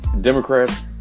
Democrats